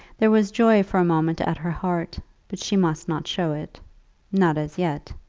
there was joy for a moment at her heart but she must not show it not as yet.